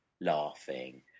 laughing